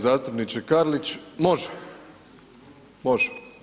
Zastupniče Karlić, može, može.